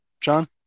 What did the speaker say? John